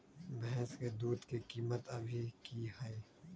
भैंस के दूध के कीमत अभी की हई?